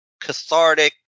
cathartic